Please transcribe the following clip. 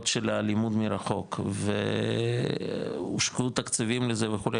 של הלימוד מרחוק והושקעו תקציבים לזה וכו',